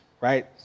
right